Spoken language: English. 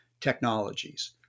technologies